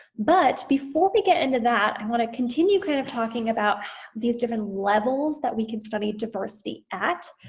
but before we get into that i'm gonna continue kind of talking about these different levels that we can study diversity at.